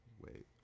Wait